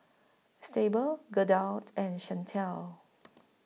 Syble Gerda and Shantel